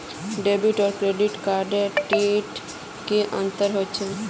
Debit आर credit card डोट की अंतर जाहा?